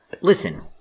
listen